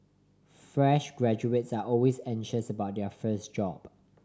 fresh graduates are always anxious about their first job